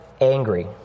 angry